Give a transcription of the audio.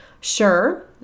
Sure